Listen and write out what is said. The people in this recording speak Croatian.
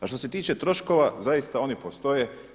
A što se tiče troškova, zaista oni postoje.